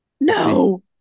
No